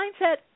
mindset